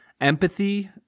empathy